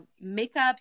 makeup